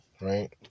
right